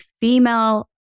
female